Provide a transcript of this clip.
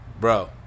Bro